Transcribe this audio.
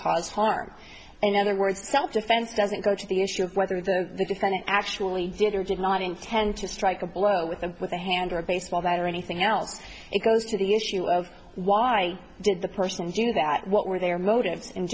cause harm in other words some defense doesn't go to the issue of whether the defendant actually did or did not intend to strike a blow with them with a hand or a baseball bat or anything else it goes to the issue of why did the person do that what were their motives